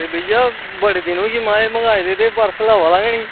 ते भैया बड़े दिन होये मंगाये दे आवा दा गै निं